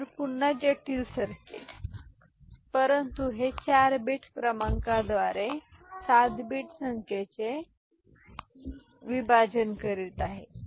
तर पुन्हा जटिल सर्किट ठीक आहे परंतु हे 4 बिट क्रमांकाद्वारे 7 बिट संख्येचे विभाजन करीत आहे